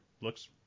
looks